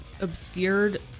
obscured